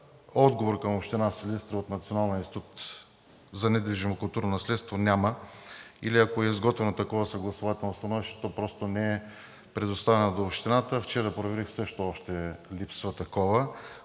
отговор към Община Силистра от Националния институт за недвижимо културно наследство няма, или ако е изготвено такова съгласувателно становище, то просто не е предоставено на Общината. Вчера проверих също, още липсва такова,